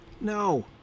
No